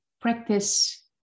practice